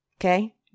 Okay